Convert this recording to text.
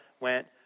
went